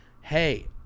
Hey